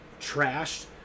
trashed